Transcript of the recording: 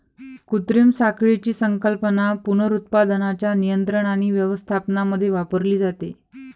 कृत्रिम साखळीची संकल्पना पुनरुत्पादनाच्या नियंत्रण आणि व्यवस्थापनामध्ये वापरली जाते